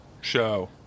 show